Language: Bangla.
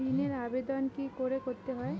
ঋণের আবেদন কি করে করতে হয়?